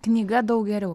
knyga daug geriau